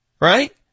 Right